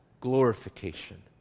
glorification